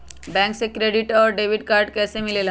Bank से credit और debit card कैसी मिलेला?